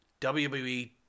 WWE